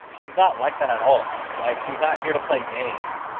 she's not like that at all! like she's not here to play games!